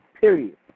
Period